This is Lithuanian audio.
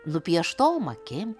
nupieštom akim